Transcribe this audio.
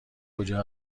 کجا